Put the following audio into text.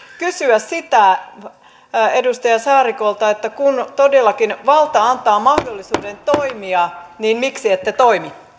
kysyä edustaja saarikolta kun todellakin valta antaa mahdollisuuden toimia niin miksi ette toimi